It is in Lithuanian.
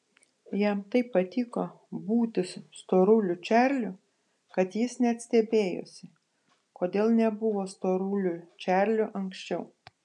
jam taip patiko būti storuliu čarliu kad jis net stebėjosi kodėl nebuvo storuliu čarliu anksčiau